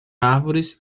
árvores